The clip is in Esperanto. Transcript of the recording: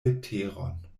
leteron